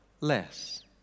less